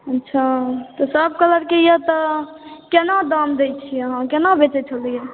अच्छा सब कलर के यऽ तऽ केना दाम दय छियै अहाँ केना बेचै छियै अहाँ